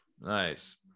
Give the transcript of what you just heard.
nice